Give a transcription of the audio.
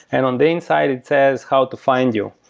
and on the inside it says how to find you.